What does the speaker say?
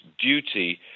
duty